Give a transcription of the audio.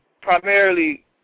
primarily